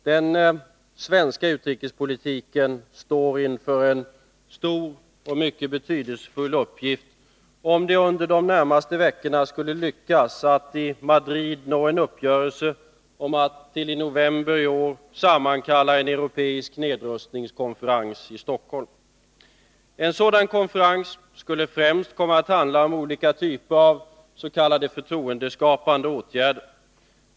Den svenska utrikespolitiken står inför en stor och mycket betydelsefull uppgift, om det under de närmaste veckorna skulle lyckas att i Madrid nå en uppgörelse om att till i november i år sammankalla en europeisk nedrustningskonferens i Stockholm. En sådan konferens skulle främst komma att handla om olika typer av s.k. : förtroendeskapande åtgärder.